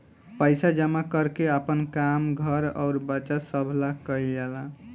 पइसा जमा कर के आपन काम, घर अउर बच्चा सभ ला कइल जाला